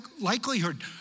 likelihood